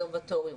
הקונסרבטוריונים.